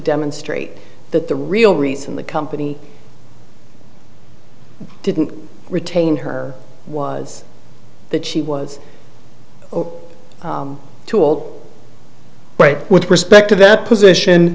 demonstrate that the real reason the company didn't retain her was that she was too old right with respect to that position